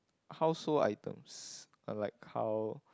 household items and like how